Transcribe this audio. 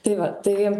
tai va tai